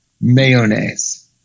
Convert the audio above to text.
mayonnaise